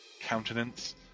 countenance